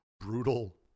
brutal